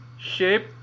shape